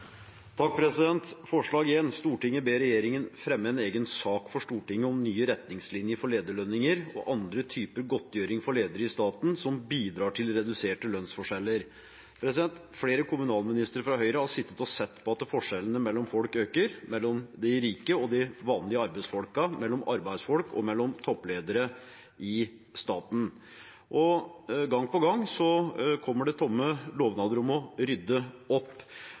andre typer godtgjøring for ledere i staten, som bidrar til reduserte lønnsforskjeller.» Flere kommunalministre fra Høyre har sittet og sett på at forskjellene mellom folk øker – mellom de rike og de vanlige arbeidsfolkene, mellom arbeidsfolk og mellom toppledere i staten. Gang på gang kommer det tomme lovnader om å rydde opp.